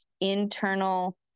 internal